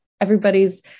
everybody's